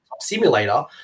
Simulator